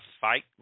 fight